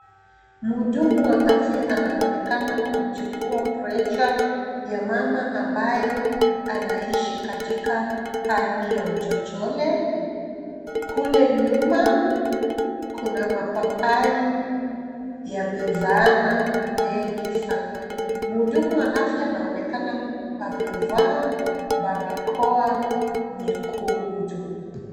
Mhudumu wa afya anaonekana kuchukua presha ya mama ambaye anaishi katika hali ya uchochole , kule nyuma kuna mapapai yamezaana mengi sana mhudumu wa afya inaonekana amevaa barakoa nyekundu.